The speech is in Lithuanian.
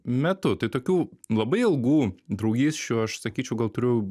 metu tai tokių labai ilgų draugysčių aš sakyčiau gal turiu